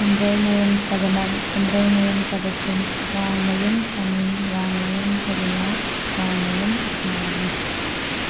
ꯐꯨꯟꯗ꯭ꯔꯩꯃꯌꯨꯝ ꯁꯕꯅꯝ ꯐꯨꯟꯗ꯭ꯔꯩꯃꯌꯨꯝ ꯇꯕꯁꯨꯝ ꯋꯥꯡꯃꯌꯨꯝ ꯁꯃꯤꯝ ꯋꯥꯡꯃꯌꯨꯝ ꯁꯖꯤꯅ ꯋꯥꯡꯃꯌꯨꯝ ꯎꯁꯃꯥꯅꯤ